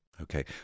Okay